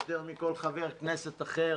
יותר מכל חבר כנסת אחר,